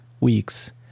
weeks